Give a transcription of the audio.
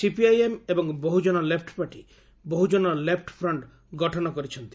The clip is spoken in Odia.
ସିପିଆଇଏମ୍ ଏବଂ Bahujan left party Bahujan left front ଗଠନ କରିଛନ୍ତି